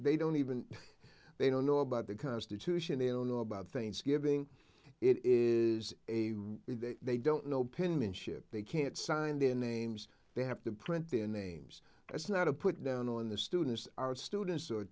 they don't even know they don't know about the constitution they don't know about things giving it is a they don't know penmanship they can't sign their names they have to print their names it's not a put down on the students our students are